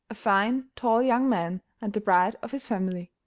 a fine, tall young man, and the pride of his family.